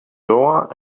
door